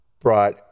brought